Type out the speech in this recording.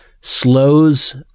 slows